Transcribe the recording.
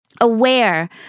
aware